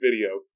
Video